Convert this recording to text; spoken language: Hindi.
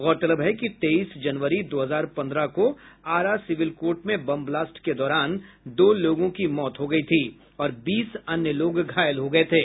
गौरतलब है कि तेईस जनवरी दो हजार पन्द्रह को आरा सिविल कोर्ट में बम ब्लास्ट के दौरान दो लोगों की मौत हो गयी थी और बीस अन्य लोग घायल हो गये थे